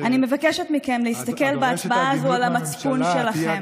אני מבקשת מכם להסתכל בהצבעה הזו על המצפון שלכם.